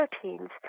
proteins